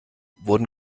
wurden